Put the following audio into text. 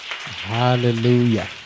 Hallelujah